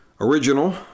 original